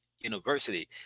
University